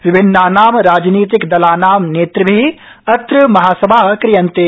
विभिन्नानां राजनीतिक दलानां नेतृभि अत्र महासभा क्रियन्ते